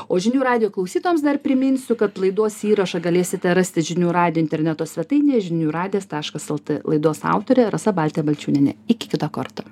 o žinių radijo klausytojams dar priminsiu kad laidos įrašą galėsite rasti žinių radijo interneto svetainėje žinių radijas taškas lt laidos autorė rasa baltė balčiūnienė iki kito karto